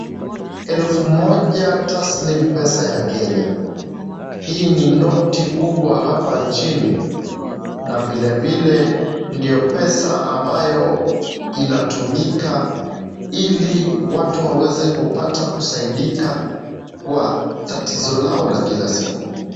Elfu moja taslim pesa ya Kenya, hii ni noti kubwa hapa nchini na vilevile ndio pesa ambayo inatumika ili watu waweze kupata kusaidika kwa tatizo lao la kila siku.